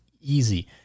easy